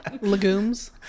Legumes